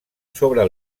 sobre